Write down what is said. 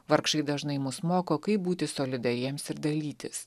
vargšai dažnai mus moko kaip būti solidariems ir dalytis